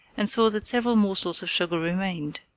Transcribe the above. and saw that several morsels of sugar remained.